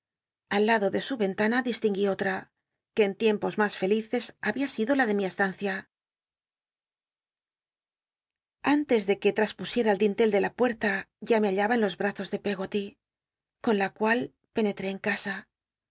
al lado tic su ycnlana distin guí otra que en tiempos mas fel ices había sido la de mi estancia antes de que lmspusiel'a el dint el de la pucr'la ya me hallaba en los brazos de pcggoty con la cual pcnetré en casa